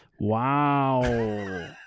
Wow